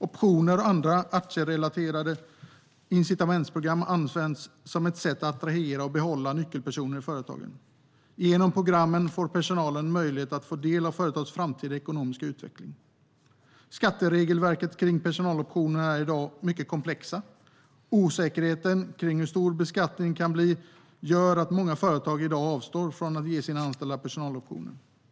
Optioner och andra aktierelaterade incitamentsprogram används som ett sätt att attrahera och behålla nyckelpersoner i företagen. Genom programmen får personalen möjlighet att få del av företagets framtida ekonomiska utveckling. Skatteregelverket kring personaloptioner är dock mycket komplext i dag. Osäkerheten kring hur stor beskattningen kan bli gör att många företag i dag avstår från att ge sina anställda personaloptioner.